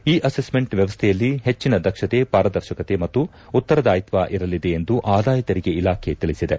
E assessment ವ್ಯವಸ್ಥೆಯಲ್ಲಿ ಹೆಚ್ಚಿನ ದಕ್ಷತೆ ಪಾರದರ್ಶಕತೆ ಮತ್ತು ಉತ್ತರದಾಯಿತ್ವ ಇರಲಿದೆ ಎಂದು ಆದಾಯ ತೆರಿಗೆ ಇಲಾಖೆ ತಿಳಿಸಿದೆ